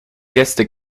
gäste